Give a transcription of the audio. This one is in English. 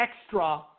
Extra